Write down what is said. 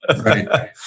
right